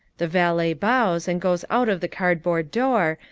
the valet bows and goes out of the cardboard door,